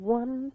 one